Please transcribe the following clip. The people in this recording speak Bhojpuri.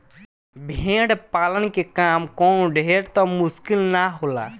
भेड़ पालन के काम कवनो ढेर त मुश्किल ना होला